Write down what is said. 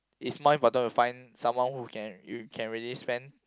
is mine fortune to find someone who can you can really spend